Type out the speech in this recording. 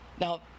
Now